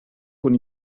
con